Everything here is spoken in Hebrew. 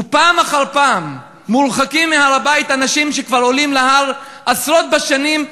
ופעם אחר פעם מורחקים מהר-הבית אנשים שעולים להר כבר עשרות בשנים,